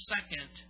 Second